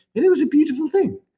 it it was a beautiful thing.